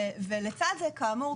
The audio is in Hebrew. לצד זה כאמור,